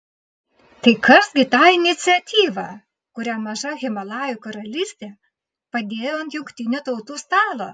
tai kas gi ta iniciatyva kurią maža himalajų karalystė padėjo ant jungtinių tautų stalo